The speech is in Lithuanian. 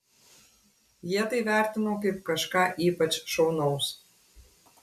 jie tai vertino kaip kažką ypač šaunaus